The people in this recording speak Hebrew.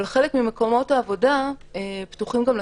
אבל חלק ממקומות העבודה פתוחים גם לציבור.